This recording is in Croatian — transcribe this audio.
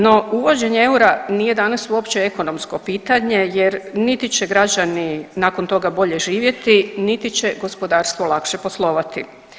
No, uvođenje eura nije danas uopće ekonomsko pitanje jer niti će građani nakon toga bolje živjeti, niti će gospodarstvo lakše poslovati.